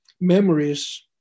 memories